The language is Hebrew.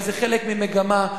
הרי זה חלק ממגמה,